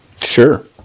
Sure